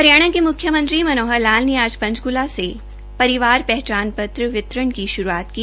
हरियाणा के मख्यमत्री मनोहर लाल ने आज पंचकूला से परिवार पहचान पत्र वितरण की शुरूआत की